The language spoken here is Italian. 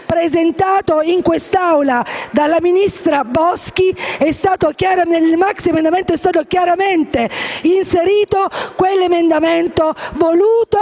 presentato in quest'Aula dalla ministra Boschi è stato chiaramente inserito quell'emendamento voluto